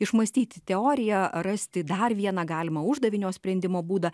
išmąstyti teoriją ar rasti dar vieną galimą uždavinio sprendimo būdą